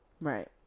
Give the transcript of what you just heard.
Right